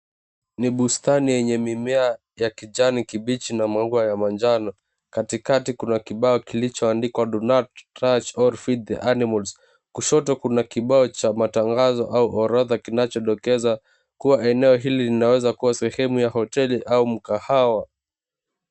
Ni bustani yenye mimea ya kijani kibichi na maua ya manjano. Katikati kuna kibao kilichoandikwa "Do not touch or feed the animals". Kushoto kuna kibao cha matangazo au orodha kinachodokeza kuwa eneo hili linaweza kuwa sehemu ya hoteli au mkahawa.